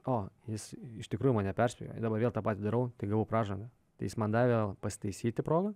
o jis iš tikrųjų mane perspėjo dabar vėl tą pat darau tai gavau pražangą tai jis man davė pasitaisyti progą